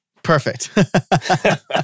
Perfect